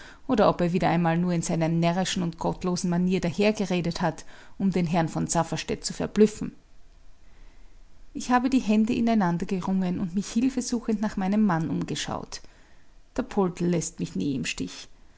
oder ob er wieder einmal nur in seiner närrischen und gottlosen manier dahergeredet hat um den herrn von safferstätt zu verblüffen ich habe die hände ineinandergerungen und mich hilfesuchend nach meinem mann umgeschaut der poldl läßt mich nie im stich